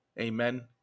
Amen